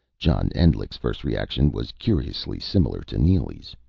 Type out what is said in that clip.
john endlich's first reaction was curiously similar to neely's.